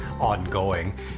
ongoing